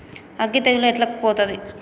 అగ్గి తెగులు ఎట్లా పోతది?